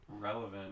relevant